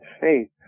faith